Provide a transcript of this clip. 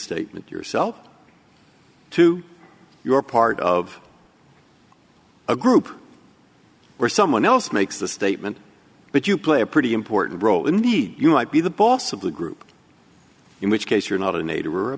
statement yourself up to your part of a group where someone else makes the statement but you play a pretty important role in the you might be the boss of the group in which case you're not a native or a